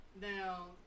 Now